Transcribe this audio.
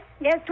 yes